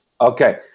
Okay